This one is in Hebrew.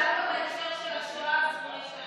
דווקא בהקשר של השואה, הם ממש לא הלכו